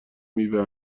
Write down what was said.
میوه